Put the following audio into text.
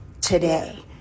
today